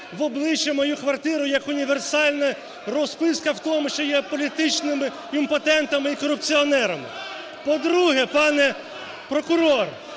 в обличчя мою квартиру як універсальну розписку, в тому що є політичними імпотентами і корупціонерами. По-друге, пане прокурор,